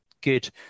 good